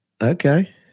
Okay